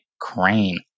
crane